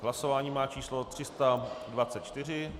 Hlasování má číslo 324.